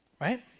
Right